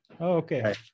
Okay